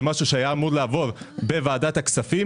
זה משהו שהיה אמור לעבור בוועדת הכספים.